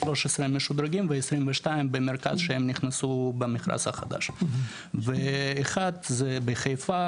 13 משודרגים ו-22 במרכז שהם נכנסו במכרז החדש ואחד זה בחיפה